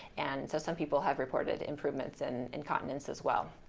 and so some people have reported improvements in incontinence as well